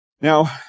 Now